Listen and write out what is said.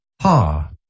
Ha